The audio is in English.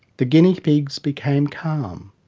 the guinea pigs became calm,